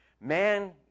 Man